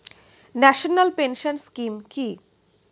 National pension scheme কি?